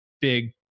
big